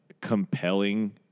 compelling